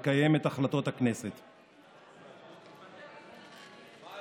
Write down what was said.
שהפגין נגד השחיתות, מתברר